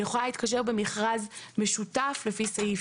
היא יכולה להתקשר במכרז משותף לפי סעיף